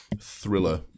thriller